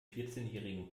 vierzehnjährigen